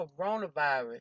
coronavirus